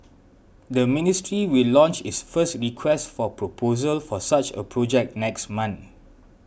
the ministry will launch its first Request for Proposal for such a project next month